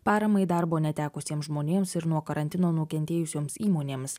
paramai darbo netekusiems žmonėms ir nuo karantino nukentėjusioms įmonėms